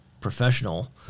professional